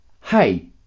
hey